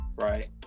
Right